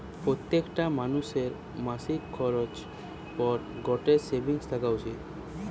প্রত্যেকটা মানুষের মাসিক খরচের পর গটে সেভিংস থাকা উচিত